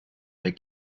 der